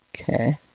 Okay